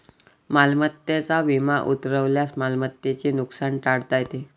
मालमत्तेचा विमा उतरवल्यास मालमत्तेचे नुकसान टाळता येते